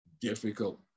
difficult